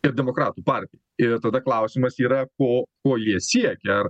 ir demokratų partija ir tada klausimas yra ko ko jie siekia ar